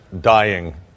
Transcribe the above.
dying